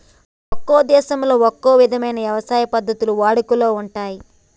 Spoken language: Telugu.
ఒక్కో దేశంలో ఒక్కో ఇధమైన యవసాయ పద్ధతులు వాడుకలో ఉంటయ్యి